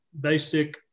basic